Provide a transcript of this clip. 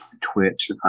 Twitch